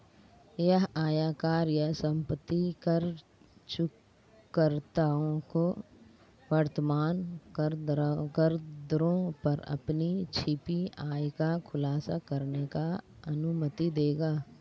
यह आयकर या संपत्ति कर चूककर्ताओं को वर्तमान करदरों पर अपनी छिपी आय का खुलासा करने की अनुमति देगा